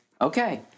okay